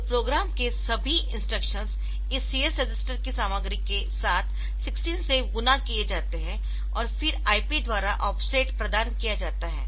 तो प्रोग्राम के सभी इंस्ट्रक्शंस इस CS रजिस्टर की सामग्री के साथ 16 से गुणा किए जाते है और फिर IP द्वारा ऑफसेट प्रदान किया जाता है